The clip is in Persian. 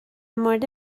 مورد